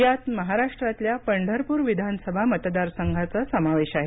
यात महाराष्ट्रातल्या पंढरपूर विधानसभा मतदारसंघाचा समावेश आहे